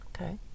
Okay